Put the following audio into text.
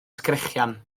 sgrechian